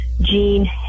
Jean